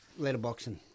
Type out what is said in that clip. letterboxing